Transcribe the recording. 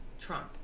Trump